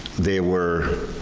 there were.